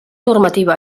normativa